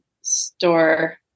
store